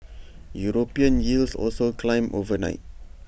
european yields also climbed overnight